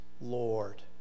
Lord